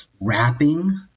wrapping